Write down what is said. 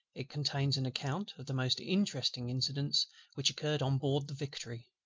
it contains an account of the most interesting incidents which occurred on board the victory.